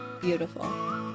beautiful